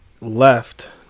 left